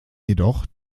jedoch